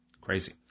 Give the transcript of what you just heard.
Crazy